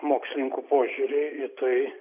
mokslininkų požiūriai į tai